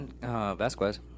Vasquez